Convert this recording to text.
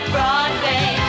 Broadway